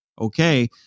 Okay